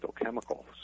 Chemicals